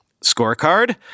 Scorecard